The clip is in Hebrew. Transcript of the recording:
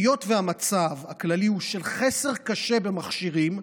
היות שהמצב הכללי הוא של חסר קשה במכשירים,